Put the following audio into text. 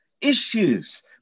issues